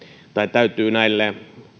täytyy näille